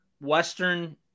Western